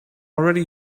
already